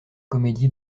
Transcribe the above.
comédie